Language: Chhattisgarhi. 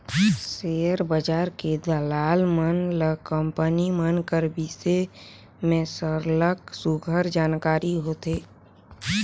सेयर बजार के दलाल मन ल कंपनी मन कर बिसे में सरलग सुग्घर जानकारी होथे